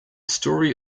story